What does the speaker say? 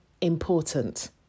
important